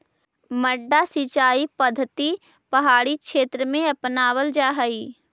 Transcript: मड्डा सिंचाई पद्धति पहाड़ी क्षेत्र में अपनावल जा हइ